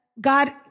God